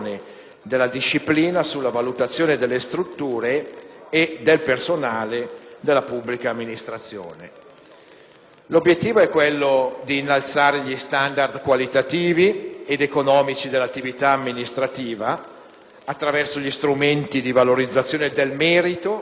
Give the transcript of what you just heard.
della disciplina sulla valutazione delle strutture e del personale della pubblica amministrazione. L'obiettivo è quello di innalzare gli *standard* qualitativi ed economici dell'attività amministrativa, attraverso gli strumenti della valorizzazione del merito